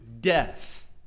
death